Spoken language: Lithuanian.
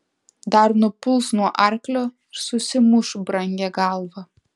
dar nupuls nuo arklio ir susimuš brangią galvą